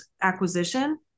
acquisition